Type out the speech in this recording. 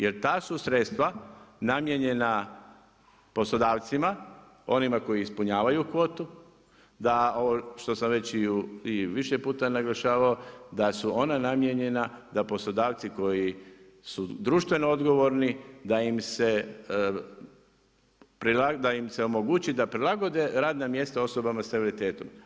Jer ta su sredstva namijenjena poslodavcima, onima koji ispunjavaju kvotu, da ovo što sam već i više puta naglašavao, da su ona namijenjena, da poslodavci koji su društveno odgovorni, da im se omogući da prilagode radna mjesta osobama s invaliditetom.